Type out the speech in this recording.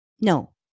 no